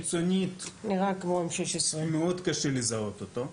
חיצונית, מאוד קשה לזהות אותו.